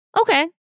Okay